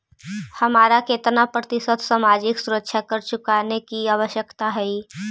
हमारा केतना प्रतिशत सामाजिक सुरक्षा कर चुकाने की आवश्यकता हई